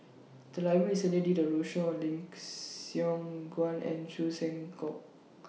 The Library recently did A roadshow on Lim Siong Guan and Chan Sek Keong